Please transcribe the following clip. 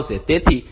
તેથી તે થઈ ગયું છે